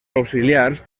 auxiliars